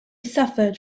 suffered